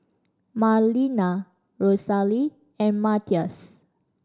Marlena Rosalee and Mathias